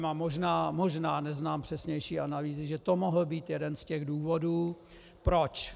A možná, možná, neznám přesnější analýzu, že to mohl být jeden z těch důvodů proč.